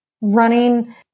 Running